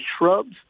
shrubs